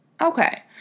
Okay